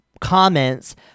comments